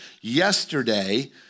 yesterday